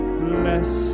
bless